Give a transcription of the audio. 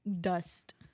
dust